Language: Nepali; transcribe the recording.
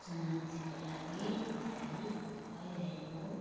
चुनौतीको लागि तयारी भइरहेको